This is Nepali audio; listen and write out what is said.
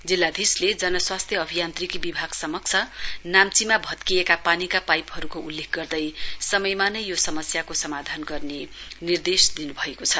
जिल्लाधीशले जन स्वास्थ्य अभियान्त्रिकी विभाग समक्ष नाम्चीमा भत्किएका पानीका पाइपहरूको उल्लेख गर्दै समयमा नै यो समस्याको समाधान गर्ने निर्देश दिनु भएको छ